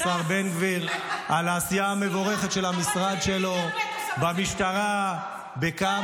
השר בן גביר על העשייה המבורכת של המשרד שלו במשטרה בכב"ה.